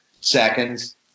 seconds